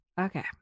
Okay